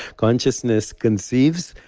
consciousness conceives,